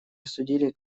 осудили